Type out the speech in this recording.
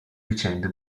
vicende